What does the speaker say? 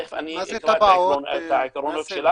תיכף אני אציג את העקרונות שלה